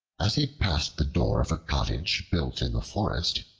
as he passed the door of a cottage built in the forest,